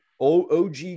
og